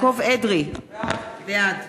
יעקב אדרי, בעד